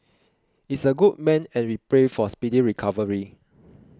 is a good man and we pray for speedy recovery